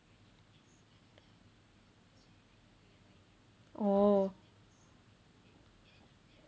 oh